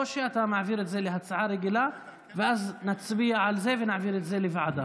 או שאתה מעביר את זה להצעה רגילה ואז נצביע את זה ונעביר את זה לוועדה.